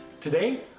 today